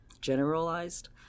generalized